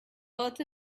earth